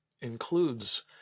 includes